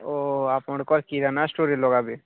ଓ ଆପଣଙ୍କ କିରାନା ଷ୍ଟୋରରେ ଲଗାଇବେ